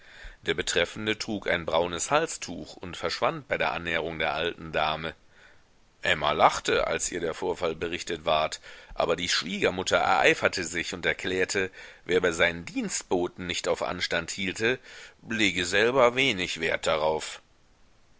der betreffende trug ein braunes halstuch und verschwand bei der annäherung der alten dame emma lachte als ihr der vorfall berichtet ward aber die schwiegermutter ereiferte sich und erklärte wer bei seinen dienstboten nicht auf anstand hielte lege selber wenig wert darauf